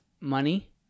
money